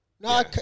No